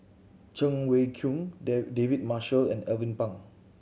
Cheng Wei Keung David Marshall and Alvin Pang